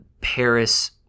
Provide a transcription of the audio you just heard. Paris